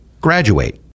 graduate